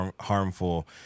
harmful